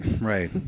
Right